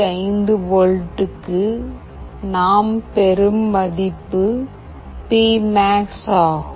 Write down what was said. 5 வோல்ட்டுக்கு நாம் பெறும் மதிப்பு பி மேக்ஸ் P max ஆகும்